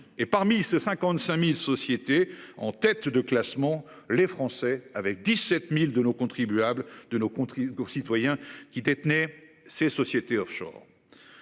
et parmi ces 55.000 sociétés en tête de classement. Les Français, avec 17.000 de nos contribuables de nos contrées court citoyens qui détenait ces sociétés offshore.